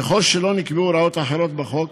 ככל שלא נקבעו הוראות אחרות בחוק,